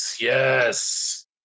Yes